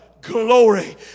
glory